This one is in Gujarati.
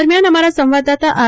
દરમિયાન અમારા સંવાદદાતા આર